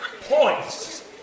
points